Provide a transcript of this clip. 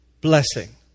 blessing